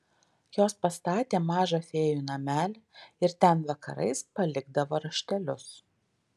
jos pastatė mažą fėjų namelį ir ten vakarais palikdavo raštelius